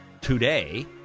today